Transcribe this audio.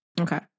Okay